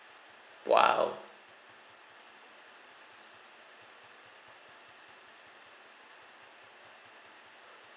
!wow!